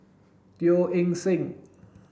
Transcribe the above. Teo Eng Seng